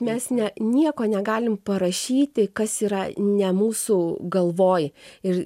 mes ne nieko negalim parašyti kas yra ne mūsų galvoj ir